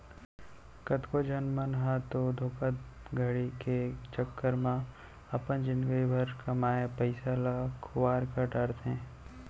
कतको झन मन ह तो धोखाघड़ी के चक्कर म अपन जिनगी भर कमाए पइसा ल खुवार कर डारथे